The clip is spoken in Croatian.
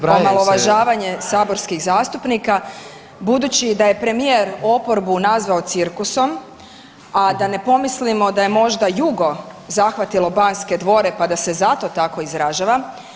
Članak 238. omalovažavanje saborskih zastupnika budući da je premijer oporbu nazvao cirkusom, a da ne pomislimo da je možda jugo zahvatilo Banske dvore pa da se zato tako izražava.